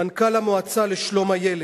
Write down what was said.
מנכ"ל המועצה לשלום הילד: